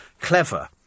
clever